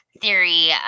theory